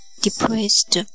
depressed